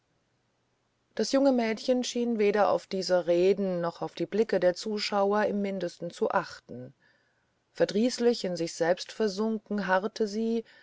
das junge mädchen schien weder auf diese reden noch auf die blicke der zuschauer im mindesten zu achten verdrießlich in sich selbst versunken harrte sie